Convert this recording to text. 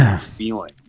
feeling